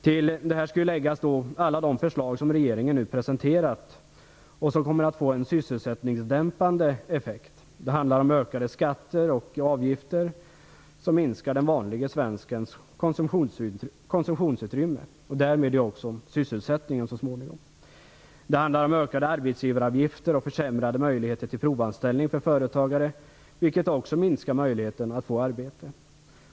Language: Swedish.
Till detta skall läggas alla de förslag som regeringen nu presenterat och som kommer att få en sysselsättningsdämpande effekt. Det handlar om ökade skatter och avgifter som minskar den vanlige svenskens konsumtionsutrymme och därmed också så småningom sysselsättningen. Det handlar om ökade arbetsgivaravgifter och försämrade möjligheter för provanställning för företagare, vilket också minskar möjligheten att få arbete.